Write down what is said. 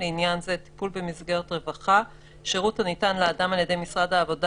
לעניין זה טיפול במסגרת רווחה שירות הניתן לאדם על-ידי משרד העבודה,